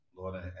Lord